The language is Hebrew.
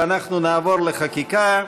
ואנחנו נעבור לחקיקה.